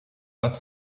not